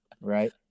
Right